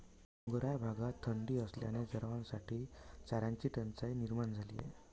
डोंगराळ भागात थंडी असल्याने जनावरांसाठी चाऱ्याची टंचाई निर्माण झाली आहे